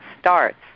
starts